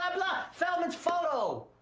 blah, blah, feldman's photo.